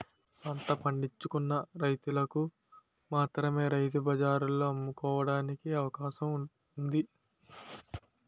పంట పండించుకున్న రైతులకు మాత్రమే రైతు బజార్లలో అమ్ముకోవడానికి అవకాశం ఉంది